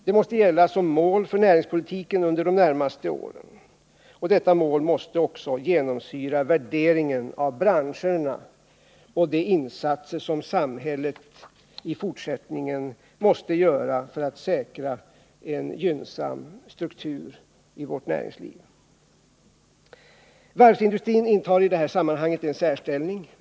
Detta mål måste också genomsyra värderingen av branscherna och de insatser som samhället i fortsättningen måste göra för att säkra en gynnsam struktur i vårt näringsliv. Varvsindustrin intar i detta sammanhang en särställning.